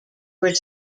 were